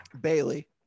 Bailey